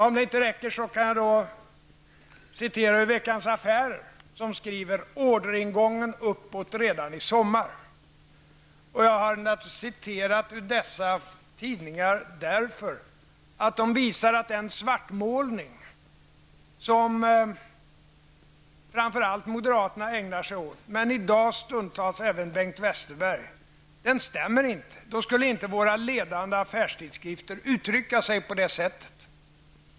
Om det inte räcker kan jag citera ur Veckans Affärer, som skriver: Orderingången uppåt redan i sommar. Jag har naturligtvis citerat ur dessa tidningar därför att det visar att den svartmålning som framför allt moderaterna ägnar sig åt, och i dag stundtals även folkpartiet, inte stämmer med verkligheten. Då skulle inte våra ledande affärstidskrifter uttrycka sig på det sätt som de gör.